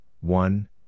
one